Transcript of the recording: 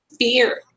Fear